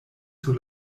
sur